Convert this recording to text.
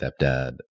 stepdad